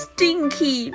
Stinky